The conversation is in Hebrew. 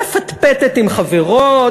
מפטפטת עם חברות,